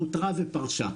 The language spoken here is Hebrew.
פוטרה ופרשה,